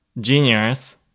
genius